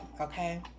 okay